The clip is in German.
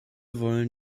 wollen